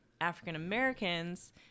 african-americans